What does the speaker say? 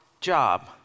job